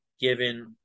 given